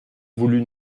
voulu